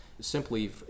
simply